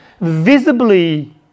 visibly